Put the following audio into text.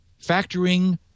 factoring